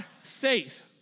faith